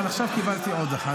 אבל עכשיו קיבלתי עוד אחד.